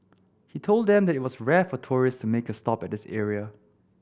he told them that it was rare for tourists to make a stop at this area